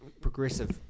progressive